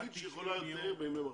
--- נגיד שהיא חולה יותר מימי מחלה,